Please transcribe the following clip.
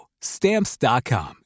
Stamps.com